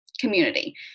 community